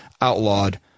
outlawed